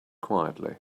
quietly